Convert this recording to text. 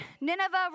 Nineveh